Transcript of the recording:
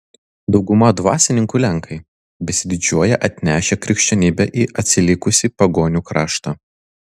dauguma dvasininkų lenkai besididžiuoją atnešę krikščionybę į atsilikusį pagonių kraštą